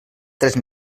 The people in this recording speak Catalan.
tres